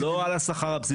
לא על השכר הבסיסי.